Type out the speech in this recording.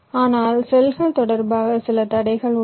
ஆனால் செல்கள் தொடர்பாக சில தடைகள் உள்ளன